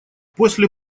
после